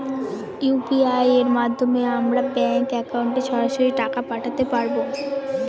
UPI এর মাধ্যমে আমরা ব্যাঙ্ক একাউন্টে সরাসরি টাকা পাঠাতে পারবো?